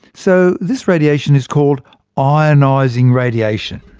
so this radiation is called ionising radiation.